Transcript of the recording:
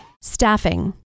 Staffing